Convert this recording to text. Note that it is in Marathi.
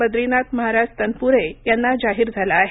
बद्रीनाथ महाराज तनपुरे जाहीर झाला आहे